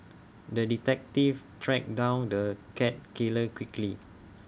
the detective tracked down the cat killer quickly